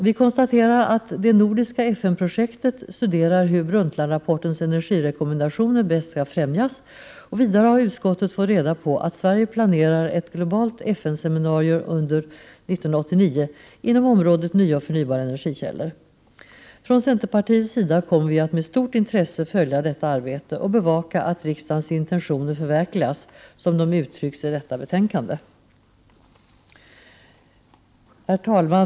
Vi konstaterar att det nordiska FN-projektet studerar hur Brundtlandrapportens energirekommendationer bäst skall främjas. Vidare har utskottet fått reda på att Sverige planerar ett Prot. 1988/89:99 globalt FN-seminarium under 1989 inom området nya och förnybara 19 april1989 energikällor. Från centerpartiets sida kommer vi att med stort intresse följa detta arbete och bevaka att riksdagens intentioner förverkligas som de uttrycks i detta betänkande. Herr talman!